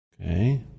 Okay